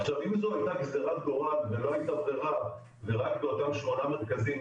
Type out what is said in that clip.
עכשיו אם זו הייתה גזרת גורל ולא הייתה בררה ורק באותם שמונה מרכזים,